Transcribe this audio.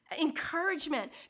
encouragement